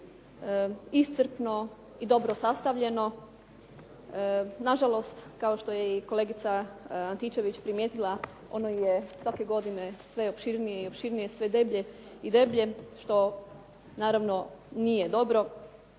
iscrpno i dobro sastavljeno. Nažalost, kao što je i kolegica Antičević primjetila ono je svake godine sve opširnije i opširnije, sve deblje i deblje što naravno nije dobro.